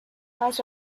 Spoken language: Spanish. más